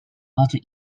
alter